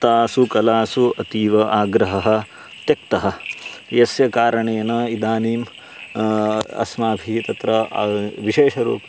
तासु कलासु अतीव आग्रहः त्यक्तः यस्य कारणेन इदानीम् अस्माभिः तत्र विशेषरूपम्